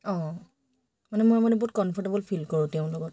অঁ মানে মই মানে বহুত কমফৰ্টেবল ফিল কৰোঁ তেওঁৰ লগত